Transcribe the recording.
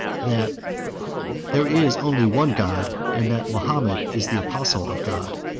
that there is only one god, and that mahomet is the apostle of god.